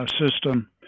system